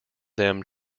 them